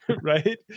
Right